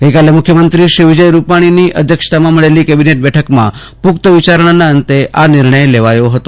ગઈકાલે મુખ્યમંત્રી વિજય રૂપાણીની અધ્યક્ષતામાં મળેલી કેબિનેટ બેઠકમાં પુપ્ન વિચારણાના અંતે આ નિર્ણય લેવાયો હતો